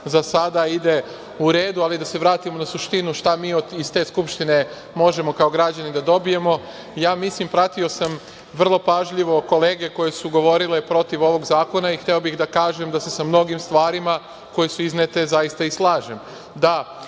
Za sada ide u redu, ali da se vratimo na suštinu, šta mi iz te Skupštine možemo kao građani da dobijemo. Pratio sam vrlo pažljivo kolege koje su govorile protiv ovog zakona i hteo bih da kažem da se sa mnogim stvarima koje su iznete zaista i slažem.